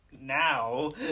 now